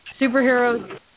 Superheroes